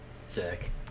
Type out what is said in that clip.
Sick